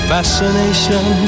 Fascination